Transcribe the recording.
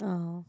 oh